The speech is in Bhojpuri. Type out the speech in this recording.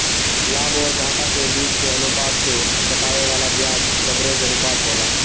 लाभ अउरी घाटा के बीच के अनुपात के बतावे वाला बियाज कवरेज अनुपात होला